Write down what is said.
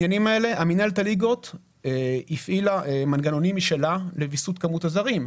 מינהלת הליגות הפעילה מנגנונים משלה לויסות כמות הזרים,